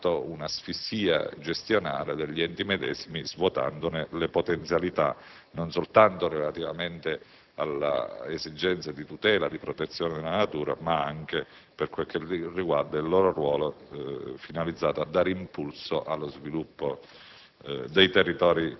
e che hanno determinato un'asfissia gestionale degli enti medesimi, svuotandone le potenzialità non soltanto relativamente alle esigenze di tutela e di protezione della natura, ma anche per quel che riguarda il loro ruolo, finalizzato a dare impulso allo sviluppo